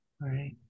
Right